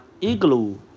igloo